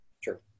Sure